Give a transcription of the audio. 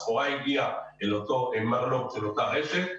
הסחורה תגיע אל המרלו של אותה רשת,